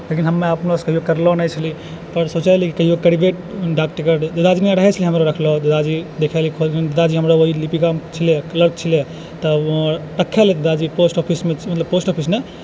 लेकिन हमे अपनोसँ कभी करलो नहि छियैपर सोचे छली कहियो करबै डाकटिकट दादाजी रहै छलै रखलो दादाजी हमरो वही लिपिक छलै क्लर्क छलै राखै रहै दादाजी पोस्ट ऑफिसमे छलै पोस्टऑफिस नहि